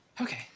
Okay